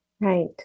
Right